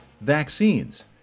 vaccines